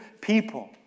people